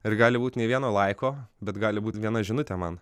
ir gali būt nei vieno laiko bet gali būt viena žinutė man